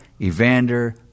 Evander